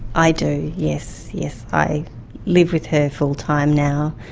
i do, yes, yes. i live with her full time now.